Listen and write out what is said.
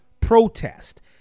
protest